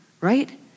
right